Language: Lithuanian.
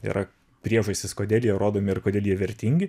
yra priežastys kodėl jie rodomi ir kodėl jie vertingi